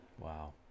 Wow